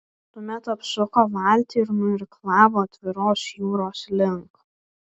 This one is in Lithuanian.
tuomet apsuko valtį ir nuirklavo atviros jūros link